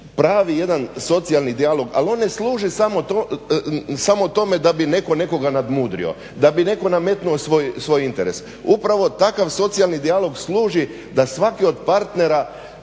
pravi jedan socijalni dijalog. Ali on ne služi samo tome da bi netko nekoga nadmudrio, da bi netko nametnuo svoj interes. Upravo takav socijalni dijalog služi da svaki od partnera